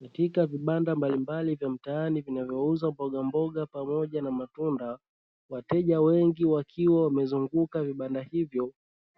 Katika vibanda mbalimbali vya mtaani vinavyouza mbogamboga pamoja na matunda, wateja wengi wakiwa wamezunguka vibanda hivyo,